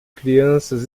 crianças